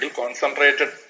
concentrated